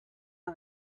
are